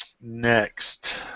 Next